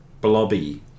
blobby